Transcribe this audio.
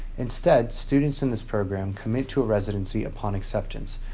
instead, students in this program commit to a residency upon acceptance,